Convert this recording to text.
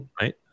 right